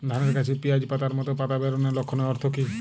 ধানের গাছে পিয়াজ পাতার মতো পাতা বেরোনোর লক্ষণের অর্থ কী?